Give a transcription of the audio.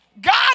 God